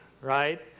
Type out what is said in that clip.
right